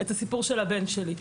את הסיפור של הבן שלי.